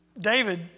David